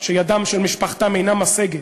ילדים שידה של משפחתם אינה משגת.